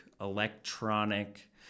electronic